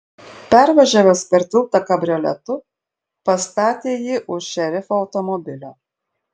pervažiavęs per tiltą kabrioletu pastatė jį už šerifo automobilio